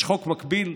יש חוק מקביל.